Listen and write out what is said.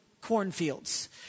cornfields